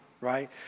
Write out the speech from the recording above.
right